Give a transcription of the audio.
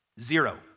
Zero